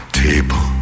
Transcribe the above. table